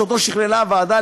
שאותו שיכללה הוועדה,